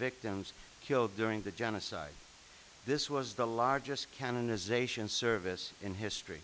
victims killed during the genocide this was the largest canonization service in history